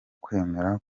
kwemera